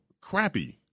crappy